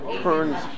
turns